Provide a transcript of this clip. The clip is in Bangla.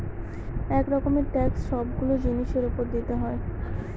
এক রকমের ট্যাক্স সবগুলো জিনিসের উপর দিতে হয়